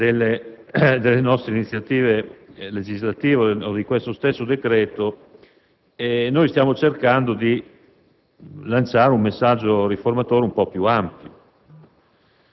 delle nostre iniziative legislative o di questo stesso decreto, stiamo cercando di lanciare un messaggio riformatore un po' più ampio.